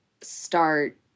start